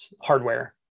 hardware